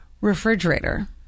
Refrigerator